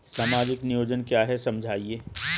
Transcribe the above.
सामाजिक नियोजन क्या है समझाइए?